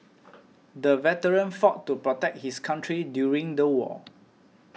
the veteran fought to protect his country during the war